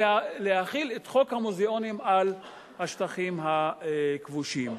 זה להחיל את חוק המוזיאונים על השטחים הכבושים.